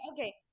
Okay